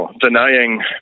denying